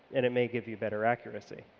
and it may give you better accuracy.